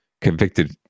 convicted